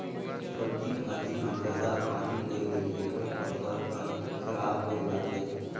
सब्जी भाजी मे जादा पानी होए ले एखर फसल हर खराब होए जाथे